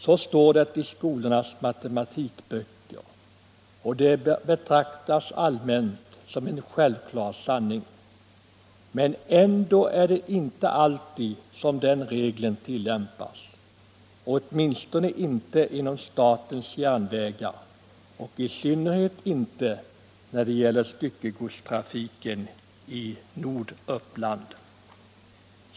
Så står det i skolornas matematikböcker och det betraktas allmänt som en självklar sanning. Men ändå är det inte alltid som den regeln tillämpas. Åtminstone inte inom Statens järnvägar och i synnerhet inte när det gäller styckegodstrafik i Norduppland.